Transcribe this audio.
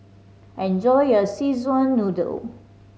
enjoy your Szechuan Noodle